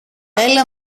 έλα